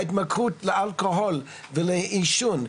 ההתמכרות לאלכוהול ולעישון,